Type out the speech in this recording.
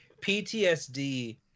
PTSD